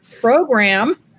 Program